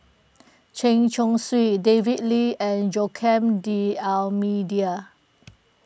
Chen Chong Swee David Lee and Joaquim D'Almeida